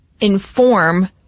inform